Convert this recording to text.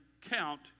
count